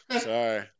Sorry